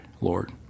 Lord